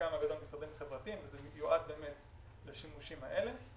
שבחלקם הגדול הם משרדים חברתיים וזה מיועד באמת לשימושים האלה.